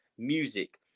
music